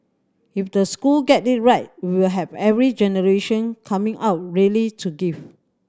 if the school get it right we will have every generation coming out ready to give